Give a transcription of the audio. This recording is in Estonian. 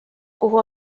kuhu